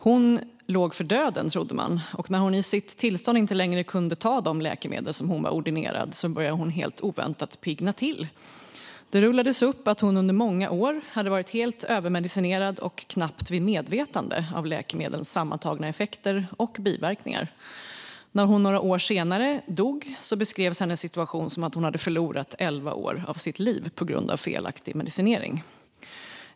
Man trodde att hon låg för döden, och när hon i sitt tillstånd inte längre kunde ta de läkemedel som hon var ordinerad började hon helt oväntat piggna till. Det rullades upp att hon under många år hade varit helt övermedicinerad och knappt vid medvetande av läkemedlens sammantagna effekter och biverkningar. När hon några år senare dog, beskrevs hennes situation som att hon hade förlorat elva år av sitt liv på grund av felaktig medicinering.